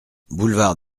boulevard